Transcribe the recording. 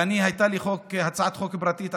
לי הייתה הצעת חוק פרטית,